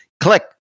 click